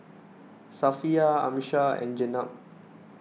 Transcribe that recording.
Safiya Amsyar and Jenab